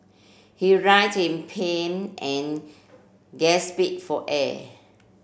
he writhed in pain and for air